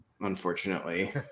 unfortunately